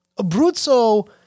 Abruzzo